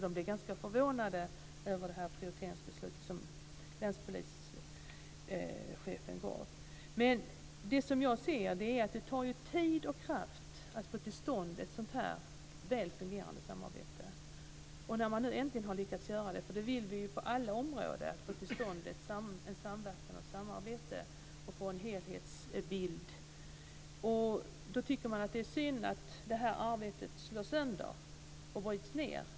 De blev ganska förvånade över det prioriteringsbeslut som länspolischefen fattade. Det tar ju tid och kraft att få till stånd ett sådant här väl fungerande samarbete. Vi vill ju få till stånd en samverkan och ett samarbete och få en helhetsbild på alla områden. Då är det synd att det här arbetet slås sönder och bryts ned.